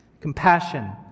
Compassion